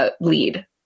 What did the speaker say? lead